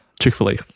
Chick-fil-A